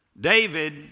David